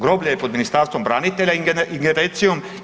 Groblje je pod Ministarstvom branitelja, ingerencijom.